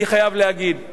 אני חייב להגיד,